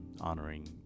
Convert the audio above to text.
honoring